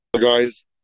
guys